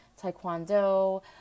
taekwondo